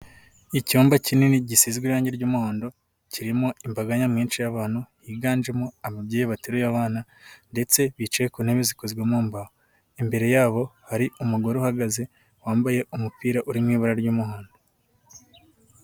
Icyumba kinini gisizwe irangi ry'umuhondo kirimo imbaga nyamwinshi y'abantu higanjemo ababyeyi bateruye abana ndetse bicaye ku ntebe zikozwe mu mbahu, imbere yabo hari umugore uhagaze wambaye umupira uri mu ibara ry'umuhondo.